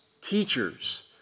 teachers